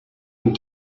and